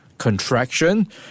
contraction